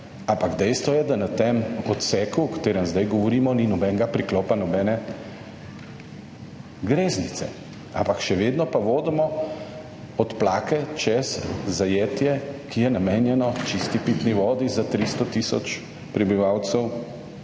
dejstvo je, da na tem odseku, o katerem zdaj govorimo, ni nobenega priklopa, nobene greznice, ampak še vedno pa vodimo odplake čez zajetje, ki je namenjeno čisti pitni vodi za 300 tisoč prebivalcev